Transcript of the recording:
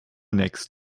next